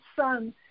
sun